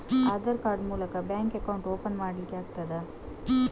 Aadhaar card ಮೂಲಕ bank account open ಮಾಡಲಿಕ್ಕೆ ಆಗುತಾ?